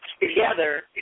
together